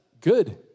good